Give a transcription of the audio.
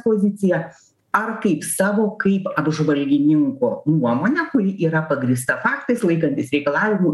poziciją ar kaip savo kaip apžvalgininko nuomonė kuri yra yra pagrįsta faktais laikantis reikalavimų